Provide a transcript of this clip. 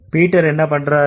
Peter என்ன பண்றாரு